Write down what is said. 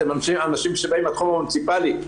אתם אנשים שבאים מהתחום המוניציפלי,